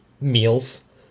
meals